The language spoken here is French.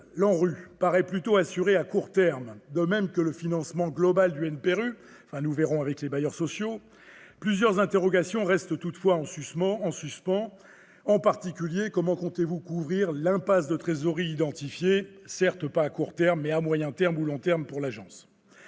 l'ANRU, paraît plutôt assurée à court terme, de même que le financement global du NPNRU- nous verrons avec les bailleurs sociaux -, plusieurs interrogations restent toutefois en suspens. Monsieur le ministre, comment comptez-vous couvrir l'impasse de trésorerie identifiée, non à court terme, mais sur le moyen ou le long terme ? Je